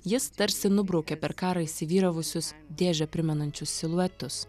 jis tarsi nubraukė per karą įsivyravusius dėžę primenančius siluetus